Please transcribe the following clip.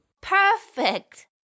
Perfect